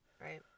right